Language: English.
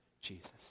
Jesus